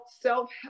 self